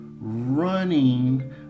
running